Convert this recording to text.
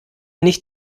nicht